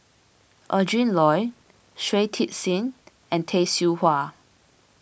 Adrin Loi Shui Tit Sing and Tay Seow Huah